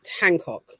Hancock